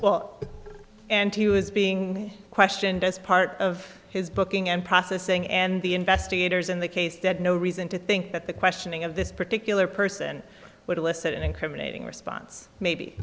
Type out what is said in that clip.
well and he was being questioned as part of his booking and processing and the investigators in the case that no reason to think that the questioning of this particular person would elicit an incriminating response maybe